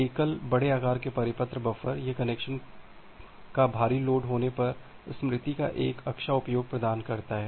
तो यह एकल बड़े आकार के परिपत्र बफ़र यह कनेक्शन का भारी लोड होने पर स्मृति का एक अच्छा उपयोग प्रदान करता है